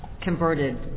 converted